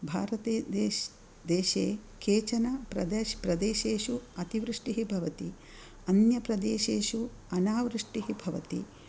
भारते देश् देशे केचन प्रदे प्रदेशेषु अतिवृष्टिः भवति अन्यप्रदेशेषु अनावृष्टिः भवति